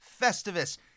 Festivus